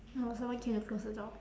no someone came to close the door